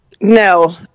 No